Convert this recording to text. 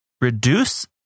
reduce